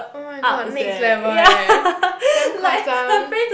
oh my god next level eh damn 夸张